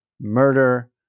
murder